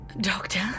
Doctor